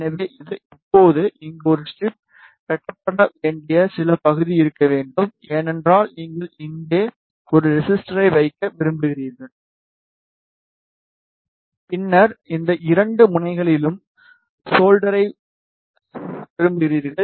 எனவே இது இப்போது இங்கே ஒரு ஸ்ட்ரிப் வெட்டப்பட வேண்டிய சில பகுதி இருக்க வேண்டும் ஏனென்றால் நீங்கள் இங்கே ஒரு ரெசிஸ்டரை வைக்க விரும்புகிறீர்கள் பின்னர் இந்த 2 முனைகளிலும் சோல்டரை விரும்புகிறீர்கள்